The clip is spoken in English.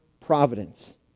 providence